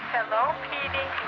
hello,